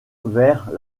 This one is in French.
vers